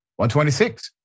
126